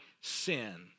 sin